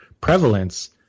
prevalence